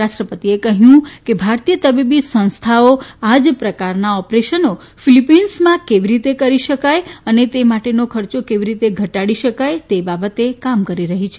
રાષ્બ્રપતિએ કહ્યું કે ભારતીય તબીબી સંસ્થાઓ આ જ પ્રકારના ઓપરેશનો ફિલિપાઇન્સમાં કેવી રીતે કરી શકાય અને આ માટેનો ખર્ચો કેવી રીતે ઘટાડી શકાય તે બાબતે કામ કરી રહી છે